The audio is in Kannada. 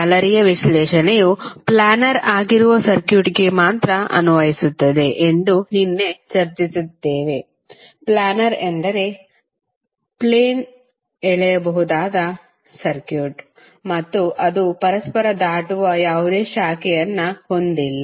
ಜಾಲರಿ ವಿಶ್ಲೇಷಣೆಯು ಪ್ಲ್ಯಾನರ್ ಆಗಿರುವ ಸರ್ಕ್ಯೂಟ್ಗೆ ಮಾತ್ರ ಅನ್ವಯಿಸುತ್ತದೆ ಎಂದು ನಿನ್ನೆ ಚರ್ಚಿಸಿದ್ದೇವೆ ಪ್ಲ್ಯಾನರ್ ಎಂದರೆ ಪ್ಲೇನ್ ಎಳೆಯಬಹುದಾದ ಸರ್ಕ್ಯೂಟ್ ಮತ್ತು ಅದು ಪರಸ್ಪರ ದಾಟುವ ಯಾವುದೇ ಶಾಖೆಯನ್ನು ಹೊಂದಿಲ್ಲ